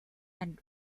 and